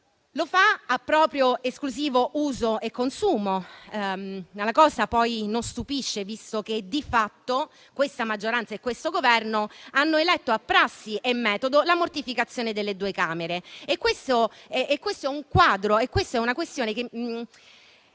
Lo fa a proprio esclusivo uso e consumo. La cosa non stupisce, visto che, di fatto, questa maggioranza e questo Governo hanno eletto a prassi e metodo la mortificazione delle due Camere. È una questione per